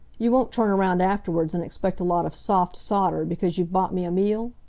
you won't turn around afterwards and expect a lot of soft sawder because you've bought me a meal?